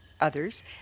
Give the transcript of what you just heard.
Others